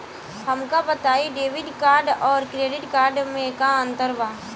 हमका बताई debit card और क्रेडिट कार्ड में का अंतर बा?